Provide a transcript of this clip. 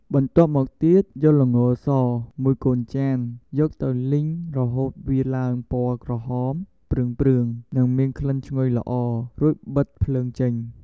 បន្ទាត់មកទៀតយកល្ងរសមួយកូនចានយកទៅលីងរហូតវាឡើងពណ៌ក្រហមព្រឿងៗនិងមានក្លិនឈ្ងុយល្អរួចបិទភ្លើងចេញ។